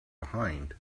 behind